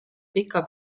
pika